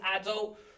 adult